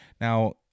Now